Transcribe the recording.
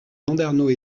landernau